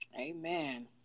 amen